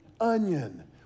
onion